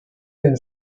den